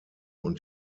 und